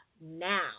now